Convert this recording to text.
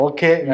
Okay